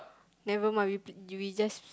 never mind we p~ we just